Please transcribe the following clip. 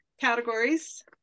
categories